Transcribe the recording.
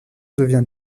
devient